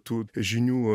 tų žinių